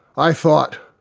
i thought,